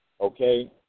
okay